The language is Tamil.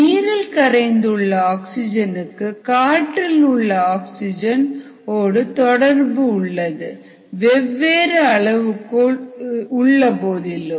நீரில் கரைந்துள்ள ஆக்ஸிஜனுக்கு காற்றிலுள்ள ஆக்சிஜன் ஓடு தொடர்பு உள்ளது வெவ்வேறு அளவுகோல் உள்ளபோதிலும்